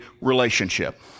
relationship